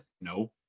No